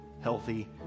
healthy